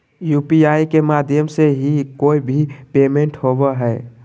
UPI के माध्यम से ही कोय भी पेमेंट होबय हय